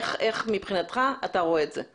איך אתה מבחינתך רואה את זה?